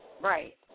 Right